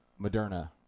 Moderna